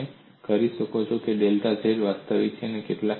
તેથી તમે કરી શકો છો ડેલ્ટા z વાસ્તવિક છે